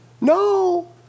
No